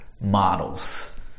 models